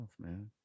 man